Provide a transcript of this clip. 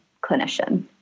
clinician